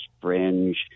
fringe